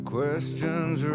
Questions